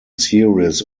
series